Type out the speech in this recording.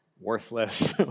worthless